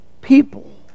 people